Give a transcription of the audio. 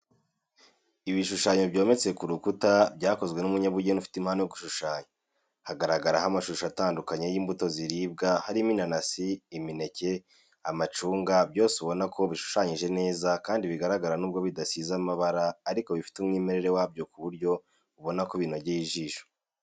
Ibisushanyo byometse ku rukuta byakozwe n'umunyabugeni ufite impano yo gushushanya, hagaragaraho amashusho atandukanye y'imbuto ziribwa harimo inanasi, imineke, amacunga byose ubona ko bishushanyije neza kandi bigaragara nubwo bidasize amabara ariko bifite umwimerere wabyo ku buryo ubona binogeye ijisho.